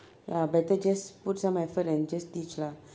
ya better just put some effort and just teach lah